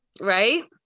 Right